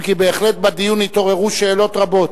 אם כי בדיון בהחלט התעוררו שאלות רבות,